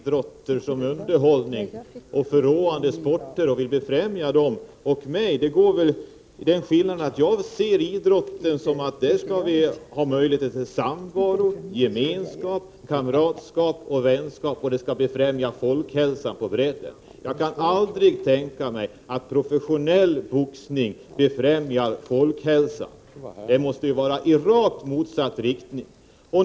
Fru talman! Det finns en skillnad mellan dem som ser arenaidrotter som underhållning och dem som vill se förråande sporter. Jag ser idrotten så, att den skall ge möjligheter till samvaro, gemenskap, kamratskap och vänskap och befrämja folkhälsan på bredden. Jag kan aldrig tänka mig att professionell boxning befrämjar folkhälsan. Den måste ju verka i rakt motsatt riktning.